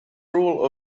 rule